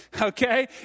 okay